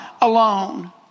alone